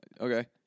Okay